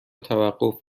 توقف